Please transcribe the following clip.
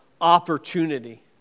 opportunity